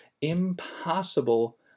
impossible